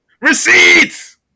Receipts